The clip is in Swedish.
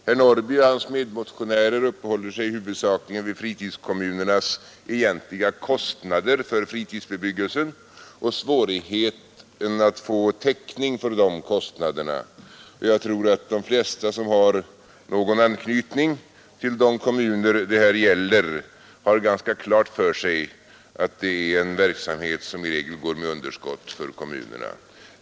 Herr Norrby och hans medmotionärer uppehåller sig huvudsakligen vid fritidskommunernas egentliga kostnader för fritidsbebyggelsen och svårigheten att få täckning för de kostnaderna. Jag tror att de flesta som har någon anknytning till de kommuner det här gäller har ganska klart för sig att det är en verksamhet som i regel går med förlust för kommunerna.